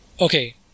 okay